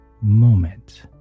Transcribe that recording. moment